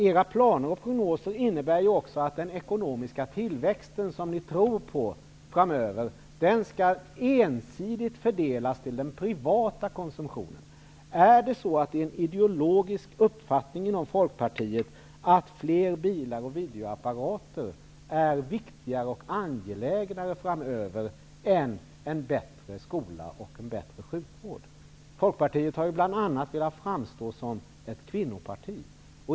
Era planer och prognoser innebär att den ekonomiska tillväxten framöver, som ni tror på, ensidigt skall fördelas till den privata konsumtionen. Är det en ideologisk uppfattning inom Folkpartiet att fler bilar och videoapparater är viktigare och angelägnare framöver än bättre skola och sjukvård? Folkpartiet har bl.a. velat framstå som kvinnoparti.